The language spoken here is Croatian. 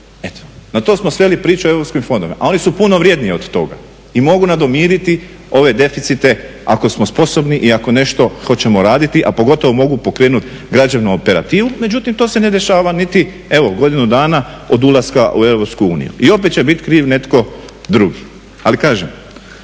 Eto, na to smo sveli priču o europskim fondovima, a oni su puno vredniji od toga i mogu nadomiriti ove deficite ako smo sposobni i ako nešto hoćemo raditi, a pogotovo mogu pokrenuti građevnu operativu. Međutim, to se ne dešava niti evo godinu dana od ulaska u EU. I opet će biti kriv netko drugi. Ali kažem,